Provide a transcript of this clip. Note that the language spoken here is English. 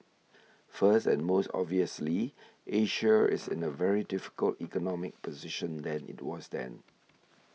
first and most obviously Asia is in a very difficult economic position than it was then